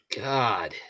God